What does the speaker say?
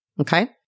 Okay